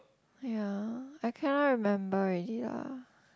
ya I cannot remember already lah